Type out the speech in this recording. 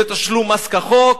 זה תשלום מס כחוק,